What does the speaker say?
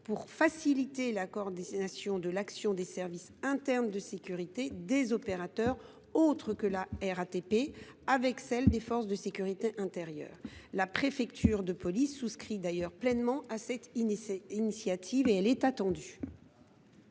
pour faciliter la coordination de l’action des services internes de sécurité des opérateurs autres que la RATP avec celle des forces de sécurité intérieure. La préfecture de police souscrit pleinement à cette initiative, qui est attendue.